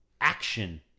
action